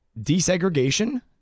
desegregation